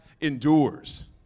endures